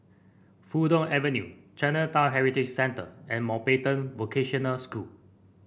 Fulton Avenue Chinatown Heritage Centre and Mountbatten Vocational School